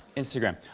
instagram. ah,